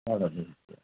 झाडाझडती